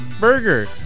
burger